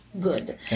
good